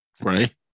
right